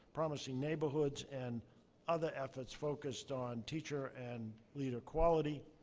promising neighborhoods, and other efforts focused on teacher and leader quality,